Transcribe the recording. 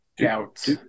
doubts